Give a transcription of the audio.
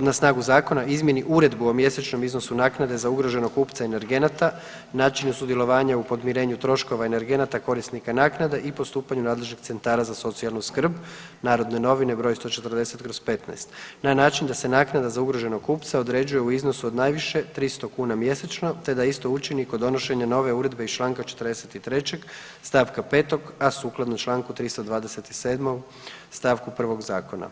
na snagu zakona, izmijeni Uredbu o mjesečnom iznosu naknade za ugroženog kupca energenata, način sudjelovanja u podmirenju troškova energenata korisnika naknade i postupanju nadležnih centara za socijalnu skrb (NN br. 140/15) na način da se naknada za ugroženog kupca određuje u iznosu od najviše 300 kuna mjesečno te da isto učini kod donošenja nove uredbe iz čl. 43 st. 5, a sukladno čl. 327 st. 1. Zakona.